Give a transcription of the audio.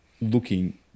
looking